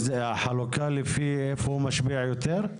החלוקה היא לפי איפה הוא משפיע יותר?